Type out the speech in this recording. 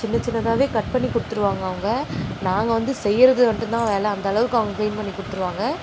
சின்ன சின்னதாகவே கட் பண்ணி குடுத்துருவாங்க அவங்க நாங்கள் வந்து செய்கிறது மட்டுந்தான் வேலை அந்தளவுக்கு அவங்க கிளீன் பண்ணி குடுத்துருவாங்க